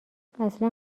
اصلا